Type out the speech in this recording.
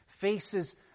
Faces